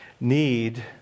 need